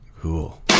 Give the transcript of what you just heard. Cool